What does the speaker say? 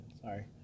sorry